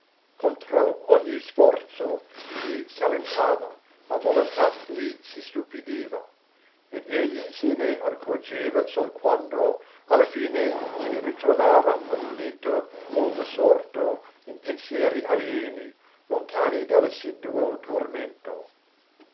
contro ogni sforzo gli s'allentava la volontà gli s'istupidiva ed egli se ne accorgeva sol quando alla fine si ritrovava attonito o assorto in pensieri alieni lontani dall'assiduo tormento